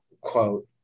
quote